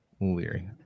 leery